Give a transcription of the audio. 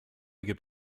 gibt